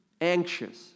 anxious